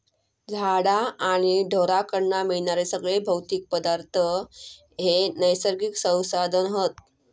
झाडा आणि ढोरांकडना मिळणारे सगळे भौतिक पदार्थ हे नैसर्गिक संसाधन हत